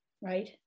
Right